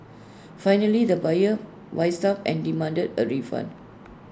finally the buyer wised up and demanded A refund